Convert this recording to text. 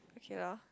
okay lor